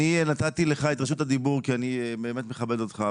אני נתתי לך את רשות הדיבור כי אני באמת מכבד אותך.